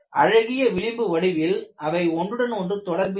அழகிய விளிம்பு வடிவமைப்பில் அவை ஒன்றுடன் ஒன்று தொடர்பில் இல்லை